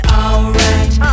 alright